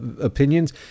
opinions